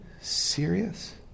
serious